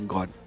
God